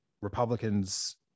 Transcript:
Republicans